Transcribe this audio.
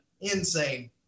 Insane